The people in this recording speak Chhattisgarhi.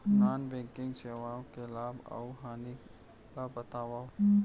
नॉन बैंकिंग सेवाओं के लाभ अऊ हानि ला बतावव